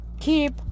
keep